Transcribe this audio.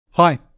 Hi